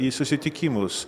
į susitikimus